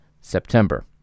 September